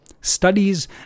studies